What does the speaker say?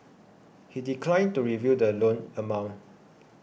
he declined to reveal the loan amount